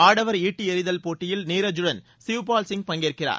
ஆடவர் ஈட்டி எறிதல் போட்டியில் நீரஜ் வுடன் சிவ்பால் சிங் பங்கேற்கிறார்